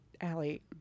Allie